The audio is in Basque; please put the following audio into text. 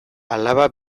alaba